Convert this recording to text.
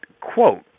quote